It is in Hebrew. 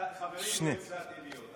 חברים לא הצעתי להיות,